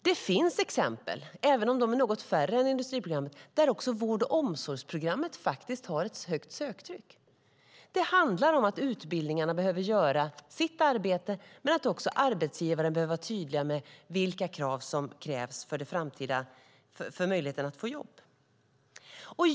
Det finns exempel, även om de är något färre än för industriprogrammet, där också vård och omsorgsprogrammet har ett högt söktryck. Det handlar om att utbildningarna behöver göra sitt arbete, men också om att arbetsgivarna behöver vara tydliga med vilka krav som ställs för möjligheten att få jobb.